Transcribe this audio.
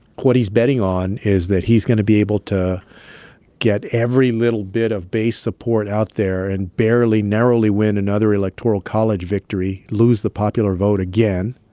what he's betting on is that he's going to be able to get every every little bit of base support out there and barely, narrowly win another electoral college victory, lose the popular vote again